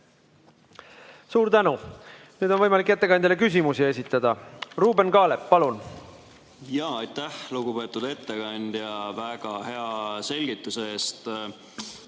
Suur tänu! Nüüd on võimalik ettekandjale küsimusi esitada. Ruuben Kaalep, palun! Aitäh, lugupeetud ettekandja, väga hea selgituse eest!